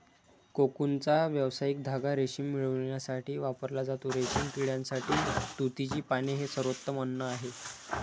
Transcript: कोकूनचा व्यावसायिक धागा रेशीम मिळविण्यासाठी वापरला जातो, रेशीम किड्यासाठी तुतीची पाने हे सर्वोत्तम अन्न आहे